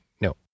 no